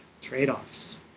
trade-offs